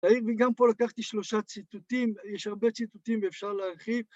וגם פה לקחתי שלושה ציטוטים, יש הרבה ציטוטים ואפשר להרחיב